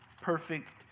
perfect